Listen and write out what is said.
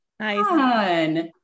nice